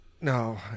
no